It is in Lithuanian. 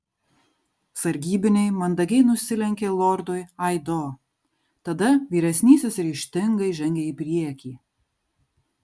sargybiniai mandagiai nusilenkė lordui aido tada vyresnysis ryžtingai žengė į priekį